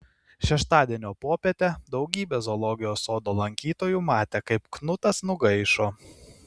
šeštadienio popietę daugybė zoologijos sodo lankytojų matė kaip knutas nugaišo